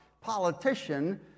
politician